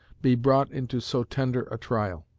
be brought into so tender a trial?